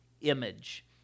image